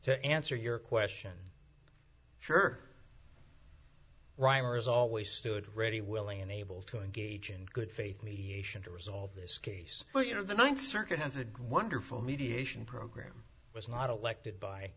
to answer your question sure reimers always stood ready willing and able to engage in good faith mediation to resolve this case well you know the ninth circuit has a wonderful mediation program was not elected by